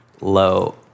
low